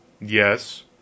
Yes